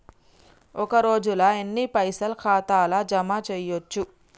ఒక రోజుల ఎన్ని పైసల్ ఖాతా ల జమ చేయచ్చు?